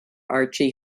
archie